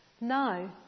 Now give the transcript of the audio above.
Now